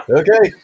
okay